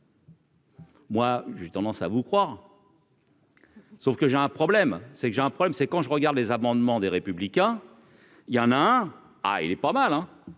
Moi, j'ai tendance à vous croire, sauf que j'ai un problème, c'est que j'ai un problème c'est quand je regarde les amendements des républicains, il y en a un, ah il est pas mal, hein,